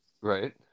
Right